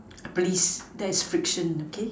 please that's fiction okay